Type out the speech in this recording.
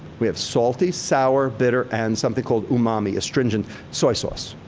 we have salty, sour, bitter, and something called umami, astringent, soy sauce.